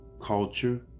culture